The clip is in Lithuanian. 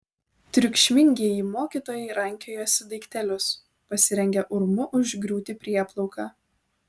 triukšmingieji mokytojai rankiojosi daiktelius pasirengę urmu užgriūti prieplauką